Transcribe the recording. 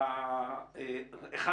אחד